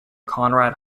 conrad